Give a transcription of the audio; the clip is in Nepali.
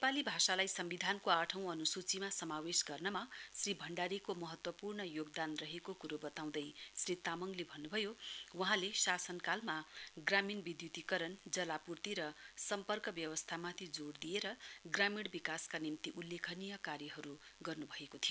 नेपाली भाषालाई संविधानको आठौं अन्सूचीमा समावेश गर्नमा श्री भण्डारीको महत्वपूर्ण योगदान रहेको क्रो बताउँदै श्री तामाङले भन्न्भयो वहाँले शासनकालमा ग्रामीण विद्य्तीकरण जलापूर्ति र सम्पर्क व्यवस्थामाथि जोड दिएर ग्रामीण विकासका निम्ति उल्लेखनीय कार्यहरू गर्न भएको थियो